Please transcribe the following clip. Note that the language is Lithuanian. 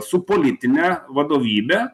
su politine vadovybe